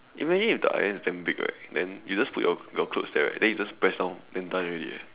imagine if the iron is damn big right then you just put your your clothes there then you just press down then done already eh